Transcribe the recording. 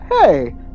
hey